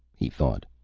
he thought,